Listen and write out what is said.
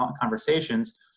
conversations